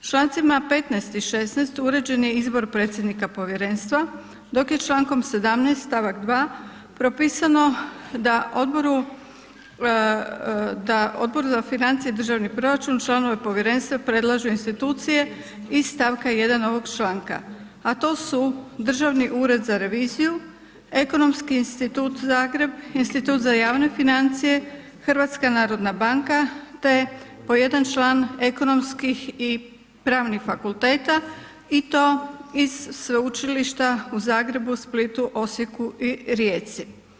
Čl. 15. i 16. uređen je izbor predsjednika povjerenstva, dok je čl. 17. st. 2 propisano da Odbor za financije i državni proračun članove povjerenstva predlažu institucije iz st. 1. ovog članka, a to su Državni ured za reviziju, Ekonomski institut Zagreb, Institut za javne financije, HNB te po jedan član ekonomskih i pravnih fakulteta i to iz Sveučilišta u Zagrebu, Splitu, Osijeku i Rijeci.